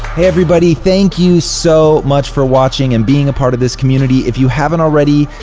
everybody, thank you so much for watching and being a part of this community. if you haven't already,